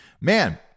Man